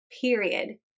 period